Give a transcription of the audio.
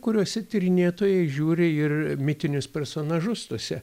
kuriuose tyrinėtojai įžiūri ir mitinius personažus tuose